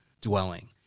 dwelling